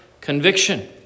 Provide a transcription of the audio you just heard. conviction